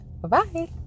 bye-bye